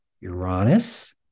Uranus